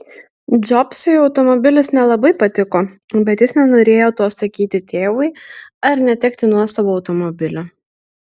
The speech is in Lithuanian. džobsui automobilis nelabai patiko bet jis nenorėjo to sakyti tėvui ar netekti nuosavo automobilio